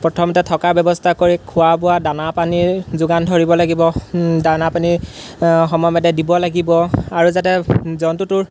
প্ৰথমতে থকাৰ ব্যৱস্থা কৰি খোৱা বোৱা দানা পানীৰ যোগান ধৰিব লাগিব দানা পানী সময়মতে দিব লাগিব আৰু যাতে জন্তুটোৰ